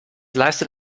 leistet